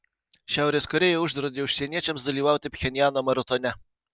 šiaurės korėja uždraudė užsieniečiams dalyvauti pchenjano maratone